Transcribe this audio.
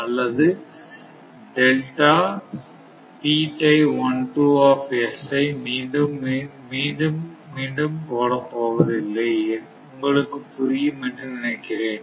அல்லது ஐ மீண்டும் மீண்டும் போடப் போவதில்லை உங்களுக்கு புரியும் என்று நினைக்கிறேன்